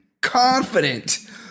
confident